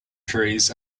trees